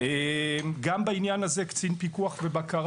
אנחנו כמשרד מבקר